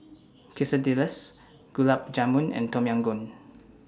Quesadillas Gulab Jamun and Tom Yam Goong